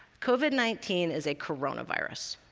covid nineteen is a coronavirus,